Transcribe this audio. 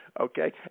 Okay